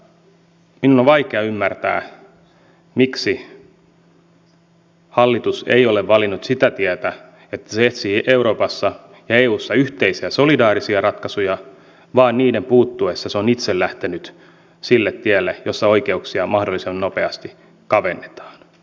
minun on vaikea ymmärtää miksi hallitus ei ole valinnut sitä tietä että se etsii euroopassa ja eussa yhteisiä solidaarisia ratkaisuja vaan niiden puuttuessa se on itse lähtenyt sille tielle jossa oikeuksia mahdollisimman nopeasti kavennetaan